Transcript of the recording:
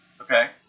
Okay